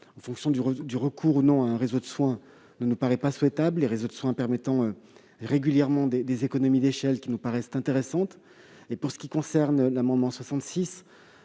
en fonction du recours, ou non, à un réseau de soins ne nous paraît pas souhaitable, les réseaux de soins autorisant régulièrement des économies d'échelle qui nous paraissent intéressantes. L'adoption de l'amendement n